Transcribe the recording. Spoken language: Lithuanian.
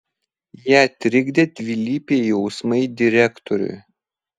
ją trikdė dvilypiai jausmai direktoriui